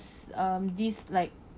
um this like